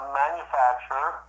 manufacturer